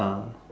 ah